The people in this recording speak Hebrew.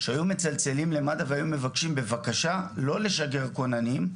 שהיו מצלצלים למד"א והיו מבקשים בבקשה לא לשגר כוננים,